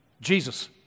Jesus